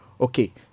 okay